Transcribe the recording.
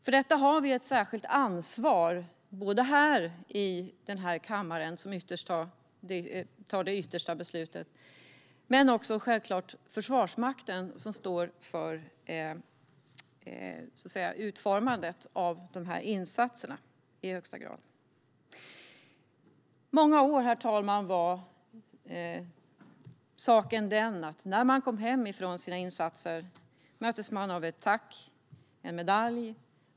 För detta har vi ett särskilt ansvar, både vi här i kammaren, som tar det yttersta beslutet, och Försvarsmakten, som står för utformandet av insatserna. Herr ålderspresident! Många år gick det till så att man när man kom hem från sina insatser möttes av ett tack och en medalj.